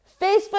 Facebook